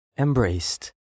Embraced